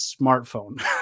smartphone